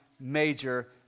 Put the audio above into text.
major